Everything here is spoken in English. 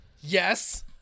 Yes